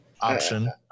option